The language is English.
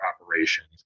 operations